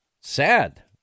sad